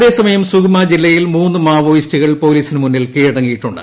അതേസമയം സുഗ്മ ജില്ലയിൽ മൂന്ന് മാവോയിസ്റ്റുകൾ പോലീസിനുമുന്നിൽ കീഴടങ്ങിയിട്ടുണ്ട്